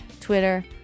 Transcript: Twitter